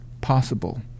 possible